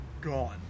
gone